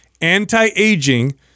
anti-aging